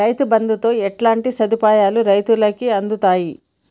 రైతు బంధుతో ఎట్లాంటి సదుపాయాలు రైతులకి అందుతయి?